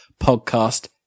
podcast